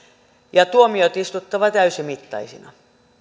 ja tuomiot olisi istuttava täysimittaisina